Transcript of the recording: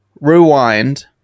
rewind